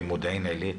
במודיעין עילית.